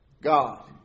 God